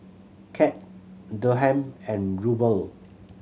CAD Dirham and Ruble